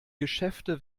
geschäfte